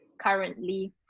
currently